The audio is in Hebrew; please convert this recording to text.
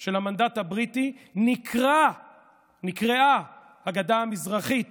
של המנדט הבריטי, נקרעה הגדה המזרחית